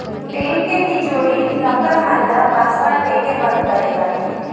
bank के तिजोरी, locker मन ल पासवर्ड देके बंद करे जाथे